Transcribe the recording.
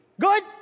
Good